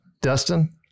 Dustin